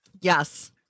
Yes